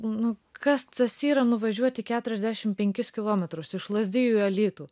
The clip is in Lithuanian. nu kas tas yra nuvažiuoti keturiasdešim penkis kilometrus iš lazdijų į alytų